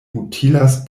utilas